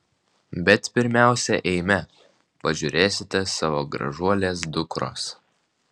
bet pirmiausia eime pažiūrėsite savo gražuolės dukros